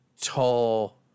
tall